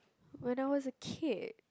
when I was a kid